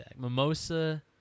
Mimosa